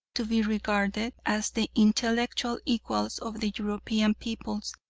to be regarded as the intellectual equals of the european peoples,